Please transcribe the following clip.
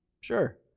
Sure